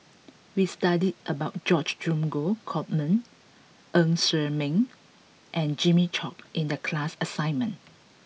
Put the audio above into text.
We studied about George Dromgold Coleman Ng Ser Miang and Jimmy Chok in the class assignment